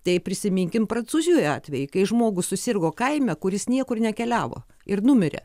tai prisiminkim prancūzijoj atvejį kai žmogus susirgo kaime kuris niekur nekeliavo ir numirė